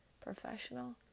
professional